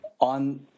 on